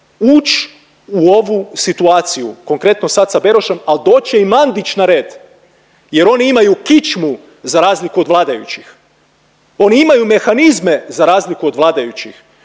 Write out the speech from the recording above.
ući u ovu situaciju, konkretno sad sa Berošem, ali doći će i Mandić na red jer oni imaju kičmu za razliku od vladajućih. Oni imaju mehanizme za razliku od vladajućih.